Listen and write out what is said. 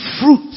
fruit